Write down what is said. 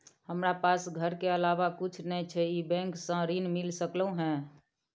हमरा पास घर के अलावा कुछ नय छै ई बैंक स ऋण मिल सकलउ हैं?